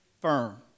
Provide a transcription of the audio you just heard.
firm